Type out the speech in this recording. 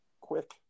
Quick